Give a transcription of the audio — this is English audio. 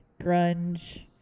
grunge